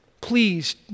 Please